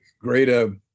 greater